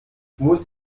muss